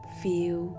feel